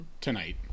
tonight